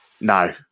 No